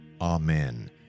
Amen